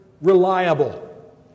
Reliable